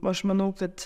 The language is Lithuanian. aš manau kad